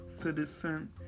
citizen